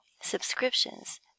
subscriptions